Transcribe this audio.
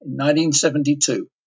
1972